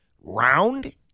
Round